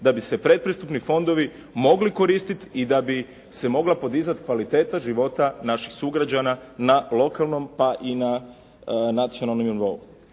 da bi se predpristupni fondovi mogli koristiti i da bi se mogla podizati kvaliteta života naših sugrađana na lokalnom pa i na nacionalnom nivou.